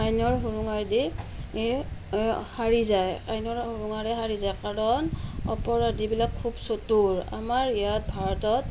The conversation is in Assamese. আইনৰ সুৰুঙায়েদি সাৰি যায় আইনৰ সুৰুঙাৰে সাৰি যায় কাৰণ অপৰাধীবিলাক খুব চতুৰ আমাৰ ইয়াত ভাৰতত